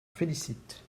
félicite